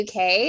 UK